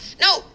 No